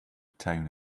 town